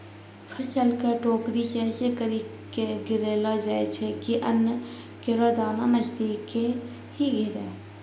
फसल क टोकरी सें ऐसें करि के गिरैलो जाय छै कि अन्न केरो दाना नजदीके ही गिरे